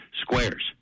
squares